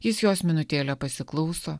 jis jos minutėlę pasiklauso